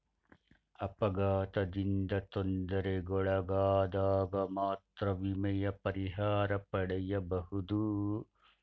ಅಪಘಾತದಿಂದ ತೊಂದರೆಗೊಳಗಾದಗ ಮಾತ್ರ ವಿಮೆಯ ಪರಿಹಾರ ಪಡೆಯಬಹುದು